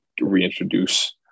reintroduce